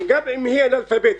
וגם אם היא אנאלפביתית,